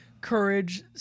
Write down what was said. courage